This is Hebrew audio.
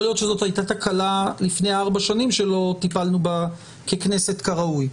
יכול להיות שזאת הייתה תקלה לפני ארבע שנים שלא טיפלנו בה ככנסת כראוי.